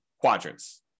quadrants